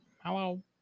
hello